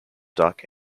duck